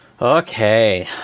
Okay